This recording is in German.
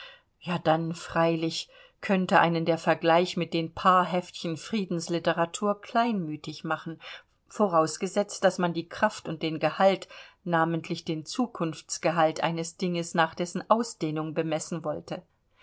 ja dann freilich könnte einen der vergleich mit den paar heftchen friedenslitteratur kleinmütig machen vorausgesetzt daß man die kraft und den gehalt namentlich den zukunftsgehalt eines dinges nach dessen ausdehnung bemessen wollte